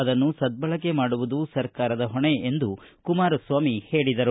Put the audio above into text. ಅದನ್ನು ಸಧ್ದಳಕೆ ಮಾಡುವುದು ಸರ್ಕಾರದ ಹೊಣೆ ಎಂದು ಕುಮಾರಸ್ವಾಮಿ ಹೇಳಿದರು